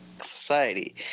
society